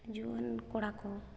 ᱡᱩᱣᱟᱹᱱ ᱠᱚᱲᱟ ᱠᱚ